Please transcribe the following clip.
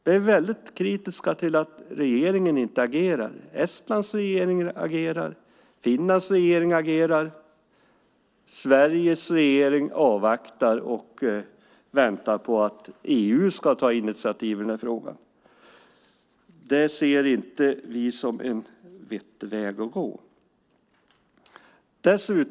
Vi är väldigt kritiska till att regeringen inte agerat. Estlands regering agerar, Finlands regering agerar, Sveriges regering avvaktar och väntar på att EU ska ta initiativ i denna fråga. Det ser vi inte som en vettig väg att gå.